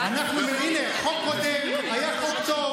הינה, החוק הקודם היה חוק טוב.